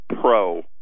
Pro